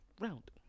round